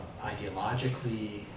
ideologically